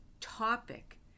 topic